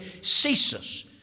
ceases